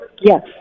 Yes